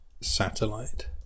satellite